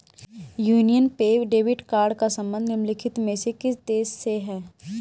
Union पे debit card का संबंध निम्नलिखित में से किस देश से है?